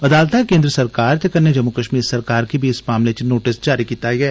अदालतै केन्द्र सरकार ते कन्नै जम्मू कश्मीर सरकार गी बी इस मामले च नोटिस जारी कीता ऐं